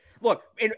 look